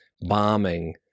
bombing